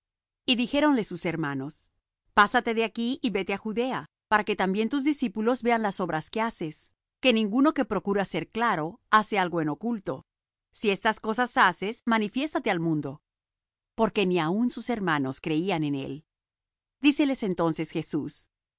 y dijéronle sus hermanos pásate de aquí y vete á judea para que también tus discípulos vean las obras que haces que ninguno que procura ser claro hace algo en oculto si estas cosas haces manifiéstate al mundo porque ni aun sus hermanos creían en él díceles entonces jesús